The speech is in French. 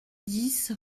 dix